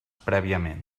prèviament